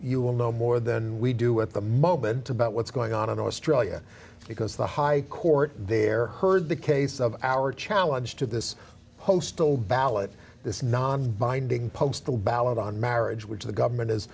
you will know more than we do at the moment about what's going on in australia because the high court there heard the case of our challenge to this post poll ballot this non binding postal ballot on marriage which the government is